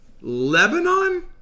lebanon